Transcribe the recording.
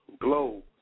glow